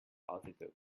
altitude